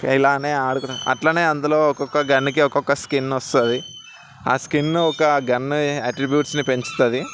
ఇలాగే ఆడుకున్న అలానే అందులో ఒక్కొక్క గన్కి ఒక్కొక్క స్కిన్ వస్తుంది ఆ స్కిన్ను ఒక గన్ యాట్రీబ్యూట్స్ని పెంచుతుంది